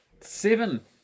Seven